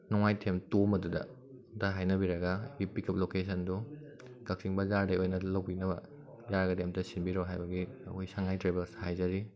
ꯅꯣꯡꯃꯥꯏꯊꯦꯝ ꯇꯣꯝꯕꯗꯨꯗ ꯑꯃꯨꯛꯇ ꯍꯥꯏꯅꯕꯤꯔꯒ ꯏ ꯄꯤꯛꯑꯞ ꯂꯣꯀꯦꯁꯟꯗꯣ ꯀꯛꯆꯤꯡ ꯕꯖꯥꯔꯗꯒꯤ ꯑꯣꯏꯅ ꯂꯧꯕꯤꯅꯕ ꯌꯥꯔꯒꯗꯤ ꯑꯃꯨꯛꯇ ꯁꯤꯟꯕꯤꯔꯛꯑꯣ ꯍꯥꯏꯕꯒꯤ ꯅꯈꯣꯏ ꯁꯪꯉꯥꯏ ꯇ꯭ꯔꯦꯚꯦꯜꯁꯇ ꯍꯥꯏꯖꯔꯤ